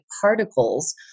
particles